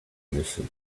missing